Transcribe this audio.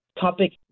topic